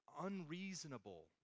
unreasonable